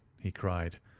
he cried.